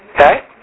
Okay